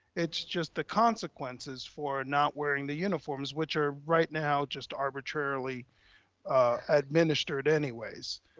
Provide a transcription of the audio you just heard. it's just the consequences for not wearing the uniforms, which are right now, just arbitrarily administered anyways.